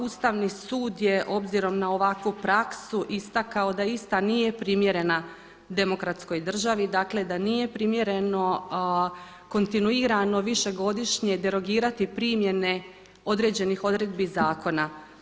Ustavni sud je obzirom na ovakvu praksu istakao da ista nije primjerena demokratskoj državi, dakle da nije primjereno kontinuirano višegodišnje derogirati primjene određenih odredbi zakona.